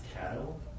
cattle